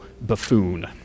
buffoon